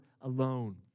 alone